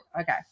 Okay